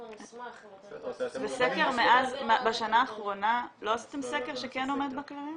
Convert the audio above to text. נשמח אם אתם תעשו --- בשנה האחרונה לא עשיתם סקר שכן עומד בכללים?